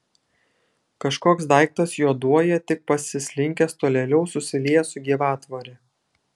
kažkoks daiktas juoduoja tik pasislinkęs tolėliau susiliejęs su gyvatvore